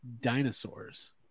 dinosaurs